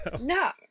no